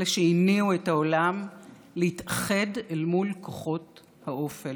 אלה שהניעו את העולם להתאחד אל מול כוחות האופל.